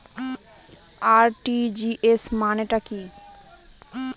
RTGS মানে টা কি?